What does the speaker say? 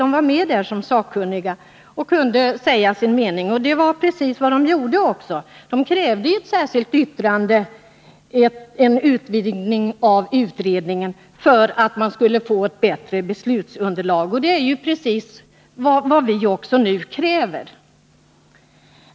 De var med där som sakkunniga och kunde säga sin mening. De krävde i ett särskilt yttrande en utvidgning av utredningen för att man skulle få ett bättre beslutsunderlag — och det är precis vad vi nu kräver.